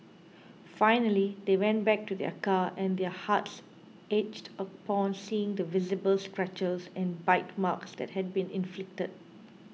finally they went back to their car and their hearts ached upon seeing the visible scratches and bite marks that had been inflicted